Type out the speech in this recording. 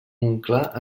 montclar